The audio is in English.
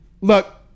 Look